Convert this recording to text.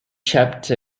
chapter